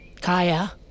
Kaya